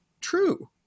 true